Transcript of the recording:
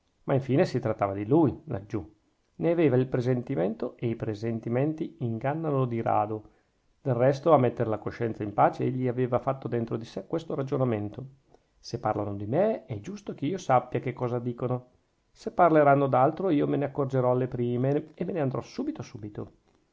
ma infine si trattava di lui laggiù ne aveva il presentimento e i presentimenti ingannano di rado del resto a mettere la coscienza in pace egli aveva fatto dentro di sè questo ragionamento se parlano di me è giusto che io sappia che cosa dicono se parleranno d'altro io me ne accorgerò alle prime e me ne andrò subito subito